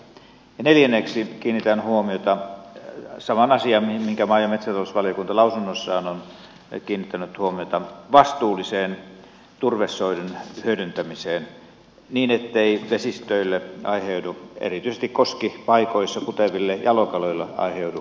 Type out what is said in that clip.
neljänneksi kiinnitän huomiota samaan asiaan kuin mihin maa ja metsätalousvaliokunta lausunnossaan on kiinnittänyt huomiota vastuulliseen turvesoiden hyödyntämiseen niin ettei vesistöille erityisesti koskipaikoissa kuteville jalokaloille aiheudu uhkaa